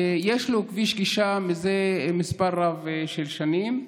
יש לו כביש גישה זה מספר רב של שנים.